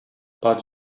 but